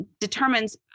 determines